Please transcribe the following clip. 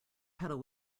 pedal